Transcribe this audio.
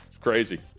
crazy